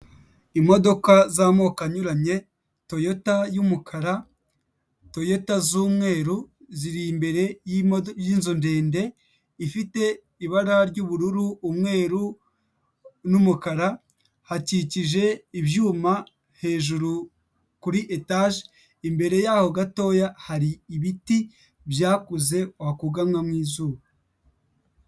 Imodoka z'amoko anyuranye, toyota y'umukara, toyota z'umweru ziri imbere y'inzu ndende ifite ibara ry'ubururu, umweru n'umukara, hakikije ibyuma hejuru kuri etaje, imbere yaho gatoya hari ibiti byakuze wakugamwamo izuba.